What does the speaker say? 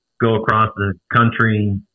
go-across-the-country